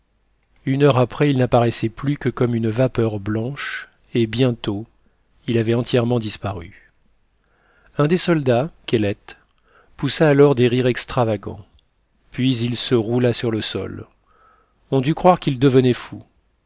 une heure après il n'apparaissait plus que comme une vapeur blanche et bientôt il avait entièrement disparu un des soldats kellet poussa alors des rires extravagants puis il se roula sur le sol on dut croire qu'il devenait fou